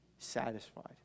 satisfied